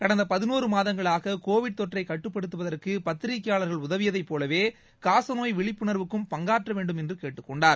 கடந்த பதினோரு மாதங்களாக கோவிட் தொற்றைக் கட்டுப்படுத்துவதற்கு பத்திரிகையாளர்கள் உதவியதைப் போலவே காசநோய் விழிப்புணர்வுக்கும் பங்காற்ற வேண்டும் என்று கேட்டுக் கொண்டார்